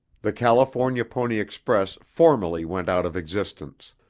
the california pony express formally went out of existence.